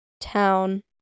town